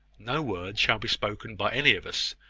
no words shall be spoken by any of us,